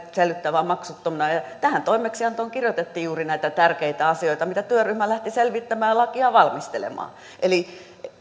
säilyttävä maksuttomana ja tähän toimeksiantoon kirjoitettiin juuri näitä tärkeitä asioita joita työryhmä lähti selvittämään ja lakia valmistelemaan eli